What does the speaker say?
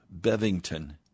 Bevington